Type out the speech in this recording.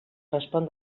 respon